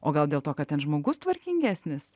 o gal dėl to kad ten žmogus tvarkingesnis